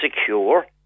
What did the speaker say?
secure